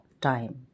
time